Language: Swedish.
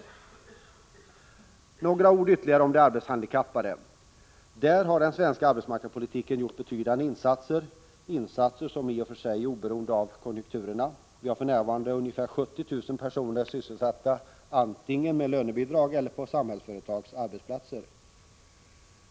Ytterligare några ord om de arbetshandikappade: Inom detta område har den svenska arbetsmarknadspolitiken gjort betydande insatser, som i och för sig är oberoende av konjunkturerna. Vi har för närvarande nära 70 000 personer sysselsatta antingen genom anställning med lönebidrag eller på Samhällsföretags arbetsplatser.